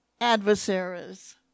adversaries